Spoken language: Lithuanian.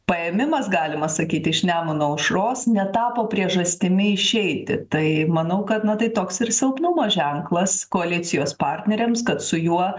paėmimas galima sakyti iš nemuno aušros netapo priežastimi išeiti tai manau kad na tai toks ir silpnumo ženklas koalicijos partneriams kad su juo